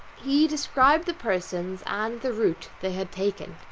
he described the persons, and the route they had taken.